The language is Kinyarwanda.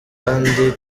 kandi